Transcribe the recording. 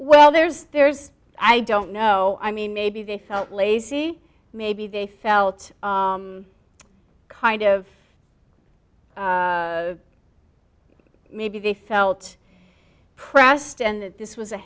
well there's there's i don't know i mean maybe they felt lazy maybe they felt kind of maybe they felt pressed and that this was a